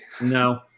No